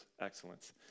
excellence